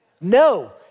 No